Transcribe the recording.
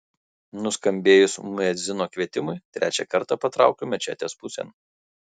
nuskambėjus muedzino kvietimui trečią kartą patraukiu mečetės pusėn